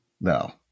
No